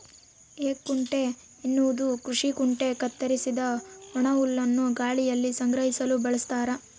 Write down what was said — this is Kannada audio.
ಹೇಕುಂಟೆ ಎನ್ನುವುದು ಕೃಷಿ ಕುಂಟೆ ಕತ್ತರಿಸಿದ ಒಣಹುಲ್ಲನ್ನು ಗಾಳಿಯಲ್ಲಿ ಸಂಗ್ರಹಿಸಲು ಬಳಸ್ತಾರ